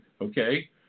okay